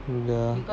ya